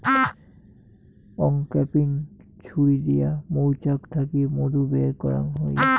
uncapping ছুরি দিয়া মৌচাক থাকি মধু বের করাঙ হই